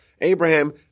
Abraham